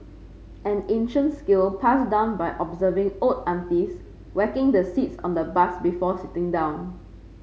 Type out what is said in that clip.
an ancient skill passed down by observing old aunties whacking the seats on the bus before sitting down